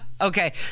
Okay